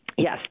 Yes